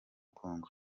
kongo